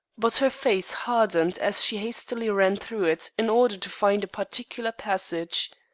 but her face hardened as she hastily ran through it in order to find a particular passage.